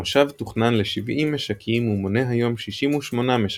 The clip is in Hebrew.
המושב תוכנן ל-70 משקים ומונה היום 68 משקים,